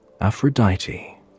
Aphrodite